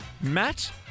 Matt